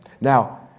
Now